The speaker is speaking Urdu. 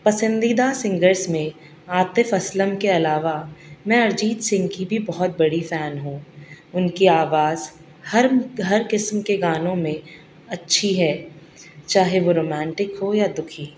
پسندیدہ سنگرس میں عاطف اسلم کے علاوہ میں ارجیت سنگھ کی بھی بہت بڑی فین ہوں ان کی آواز ہر ہر قسم کے گانوں میں اچھی ہے چاہے وہ رومانٹک ہو یا دکھی